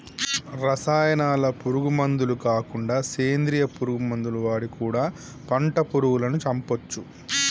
రసాయనాల పురుగు మందులు కాకుండా సేంద్రియ పురుగు మందులు వాడి కూడా పంటను పురుగులను చంపొచ్చు